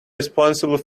responsible